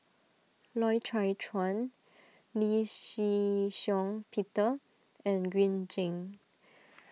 Loy Chye Chuan Lee Shih Shiong Peter and Green Zeng